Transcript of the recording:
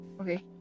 Okay